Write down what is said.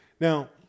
Now